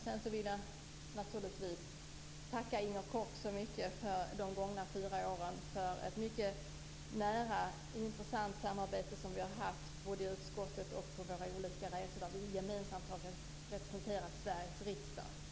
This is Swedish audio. Sedan vill jag naturligtvis tacka Inger Koch för de gångna fyra åren och för det mycket nära och intressanta samarbete som vi har haft både i utskottet och på våra olika resor där vi gemensamt har representerat